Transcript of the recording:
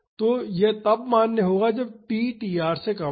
तो यह तब मान्य होगा जब t tr से कम हो